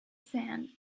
sand